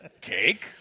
Cake